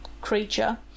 creature